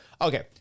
Okay